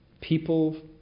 people